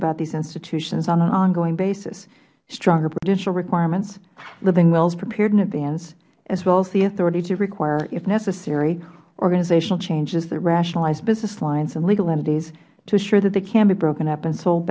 about these institutions on an ongoing basis stronger prudential requirements living wills prepared in advance as well as the authority to require if necessary organizational changes that rationalize business lines and legal entities to assure that they can be broken up and sold